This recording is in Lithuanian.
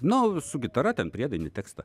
nu su gitara ten priedainį tekstą